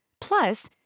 Plus